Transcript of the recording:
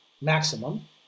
maximum